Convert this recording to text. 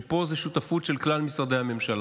שפה זה שותפות של כלל משרדי הממשלה.